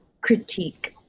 critique